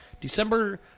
December